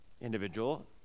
individual